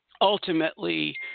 Ultimately